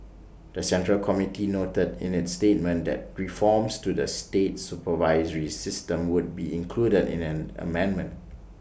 the central committee noted in its statement that reforms to the state supervisory system would be included in an amendment